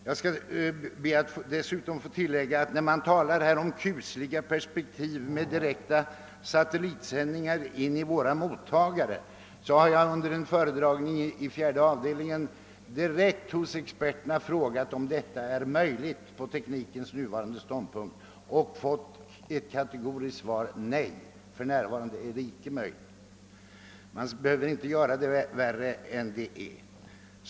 Jag vill tillägga, när man här talar om det kusliga perspektivet med direkta satellitsändningar in i våra mottagare, att jag under en föredragning i fjärde avdelningen direkt hos experterna frågat om detta är möjligt på teknikens nuvarande ståndpunkt. Jag fick ett kategoriskt nej till svar. För närvarande är det inte möjligt. Man behöver inte göra det värre än det är.